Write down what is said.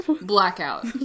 Blackout